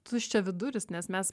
tuščiaviduris nes mes